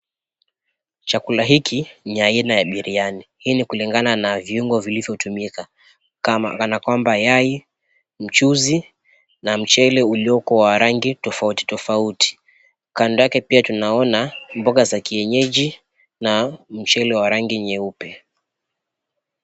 Chakula hiki ni aina ya biryani. Hii ni kulingana na viungo vilivyotumika, kama kana kwamba yai, mchuzi na mchele ulioko wa rangi tofauti tofauti. Kando yake pia tunaona mboga za kienyeji na mchele wa rangi nyeupe.